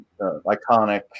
iconic